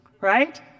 Right